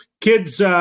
Kids